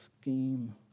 scheme